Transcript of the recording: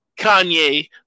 Kanye